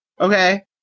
okay